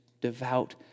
devout